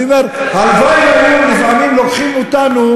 אני אומר, הלוואי שהיו לפעמים לוקחים אותנו